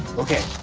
okay,